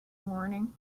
morning